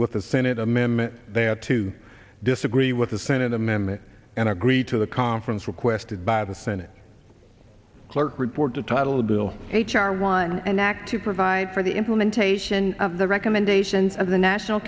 with the senate amendment they are to disagree with the senate amendment and agree to the conference requested by the senate clerk report to title a bill h r one and act to provide for the implementation of the recommendations of the national